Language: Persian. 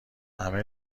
همه